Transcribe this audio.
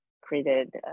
created